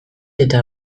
eta